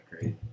great